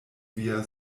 via